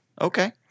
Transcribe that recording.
Okay